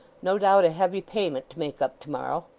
no doubt a heavy payment to make up tomorrow.